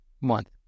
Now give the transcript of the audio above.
month